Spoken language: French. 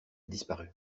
disparut